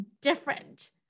different